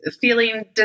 feeling